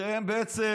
שצריך